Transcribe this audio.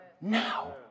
Now